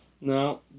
No